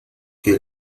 que